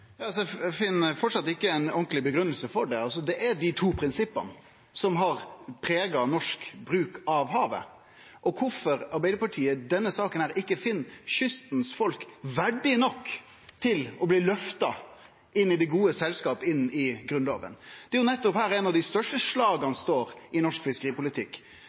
Eg høyrer framleis ikkje ei ordentleg grunngiving for det. Det er dei to prinsippa som har prega norsk bruk av havet. Kvifor finn ikkje Arbeidarpartiet i denne saka kystens folk verdige nok til å bli løfta inn i det gode selskapet, inn i Grunnlova? Det er nettopp her eit av dei største slaga står i norsk fiskeripolitikk.